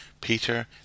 Peter